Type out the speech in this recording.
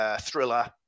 thriller